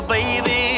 Baby